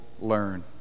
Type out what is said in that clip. learn